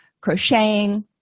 Crocheting